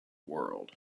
world